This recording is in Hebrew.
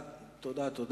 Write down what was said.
תודה.